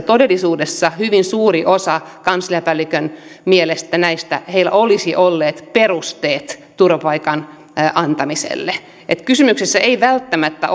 todellisuudessa hyvin suurella osalla heistä kansliapäällikön mielestä olisi ollut perusteet turvapaikan antamiselle että kysymyksessä ei välttämättä